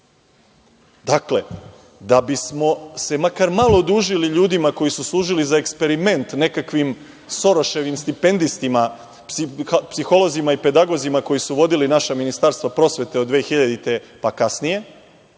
sa njim. Da bismo se makar malo odužili ljudima koji su služili za eksperiment nekakvim soroševim stipendistima, psiholozima i pedagozima koji su vodili naša ministarstva prosvete od 2000. godine pa kasnije